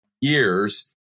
years